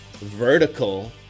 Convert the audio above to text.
Vertical